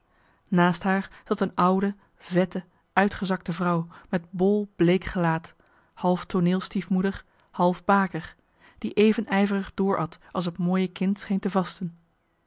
naast haar zat een oude vette uitgezakte vrouw met bol bleek gelaat half tooneel stiefmoeder half baker die even ijverig doorat als het mooie kind scheen te vasten